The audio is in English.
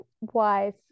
wise